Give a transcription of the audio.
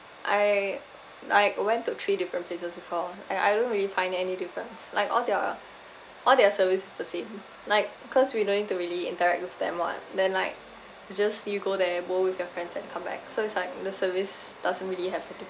I like went to three different places before and I don't really find any difference like all their all their service is the same like cause we don't need to really interact with them [what] then like it's just you go there bowl with your friends and come back so it's like the service doesn't really have a difference